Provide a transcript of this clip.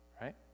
right